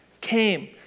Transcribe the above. came